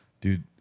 dude